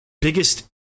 biggest